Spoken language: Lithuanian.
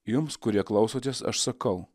jums kurie klausotės aš sakau